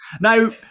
now